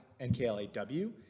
NKLAW